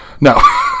No